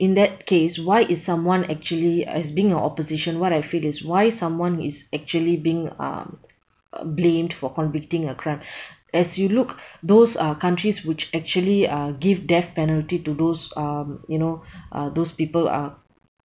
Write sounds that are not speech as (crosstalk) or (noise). in that case why is someone actually uh as being a opposition what I feel is why someone is actually being um uh blamed for convicting a crime (breath) as you look those are countries which actually uh give death penalty to those um you know (breath) uh those people are